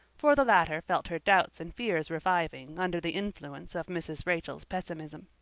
for the latter felt her doubts and fears reviving under the influence of mrs. rachel's pessimism.